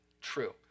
true